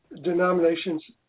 denominations